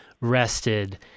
rested